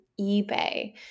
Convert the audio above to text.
eBay